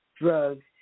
drugs